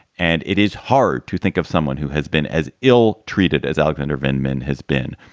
and it is hard to think of someone who has been as ill treated as alexander veneman has been.